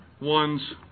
one's